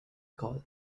call